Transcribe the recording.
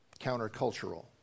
countercultural